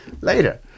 later